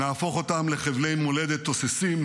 נהפוך אותם לחבלי מולדת תוססים,